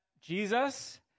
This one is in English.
Jesus